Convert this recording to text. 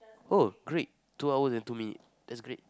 oh great two hours and two minutes that's great